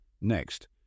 Next